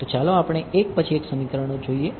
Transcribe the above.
તો ચાલો આપણે 1 પછી 1 સમીકરણો જોઈએ